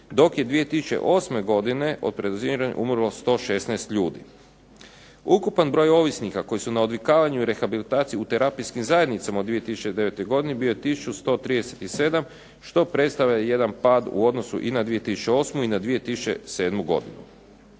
dok je 2008. godine od predoziranja umrlo 116 ljudi. Ukupan broj ovisnika koji su na odvikavanju i rehabilitaciji u terapijskim zajednicama u 2009. godini bio je 1137 što predstavlja jedan pad u odnosu i na 2008. i na 2007. godinu.